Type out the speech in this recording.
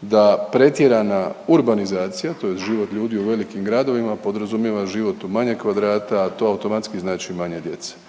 da pretjerana urbanizacija tj. život ljudi u velikim gradovima podrazumijeva život u manje kvadrata, a to automatski znači manje djece.